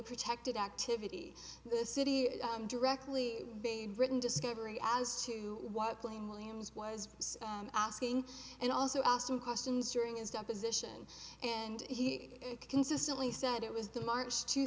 protected activity in the city i'm directly written discovery as to what claim williams was asking and also asked him questions during his deposition and he consistently said it was the march two